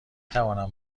توانم